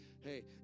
hey